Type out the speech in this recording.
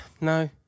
No